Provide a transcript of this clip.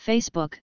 Facebook